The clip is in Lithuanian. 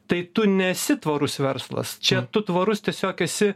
tai tu nesi tvarus verslas čia tu tvarus tiesiog esi